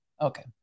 Okay